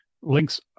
Links